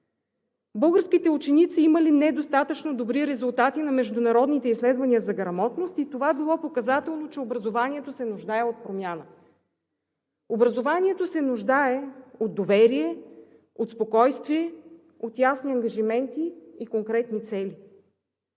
Българските ученици имали недостатъчно добри резултати на международните изследвания за грамотност и това било показателно, че образованието се нуждае от промяна. Образованието се нуждае от доверие, от спокойствие, от ясни ангажименти и конкретни цели.